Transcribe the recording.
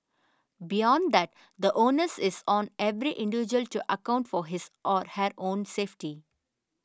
beyond that the onus is on every individual to account for his or her own safety